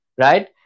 Right